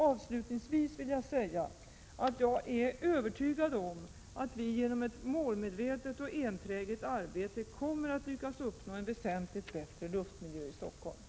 Avslutningsvis vill jag säga att jag är övertygad om att vi genom ett målmedvetet och enträget arbete kommer att lyckas uppnå en väsentligt bättre luftmiljö i Stockholm,